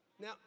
Now